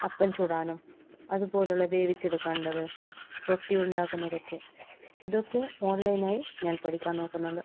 അപ്പം ചുടാനും അതുപോലുള്ള വേവിച്ചെടുക്കേണ്ടത് റൊട്ടി ഉണ്ടാക്കുന്നതൊക്കെ അതൊക്കെ ഓണ്ലൈനായി ഞാന് പഠിക്കാന് നോക്കുന്നുണ്ട്